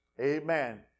amen